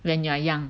when you are young